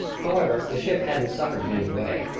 however, the ship hadn't suffered in any way,